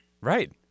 Right